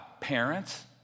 parents